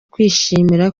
twishimiye